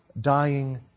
dying